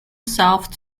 south